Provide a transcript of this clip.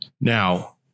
Now